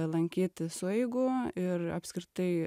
lankyti sueigų ir apskritai